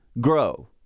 Grow